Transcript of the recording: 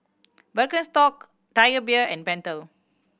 Birkenstock Tiger Beer and Pentel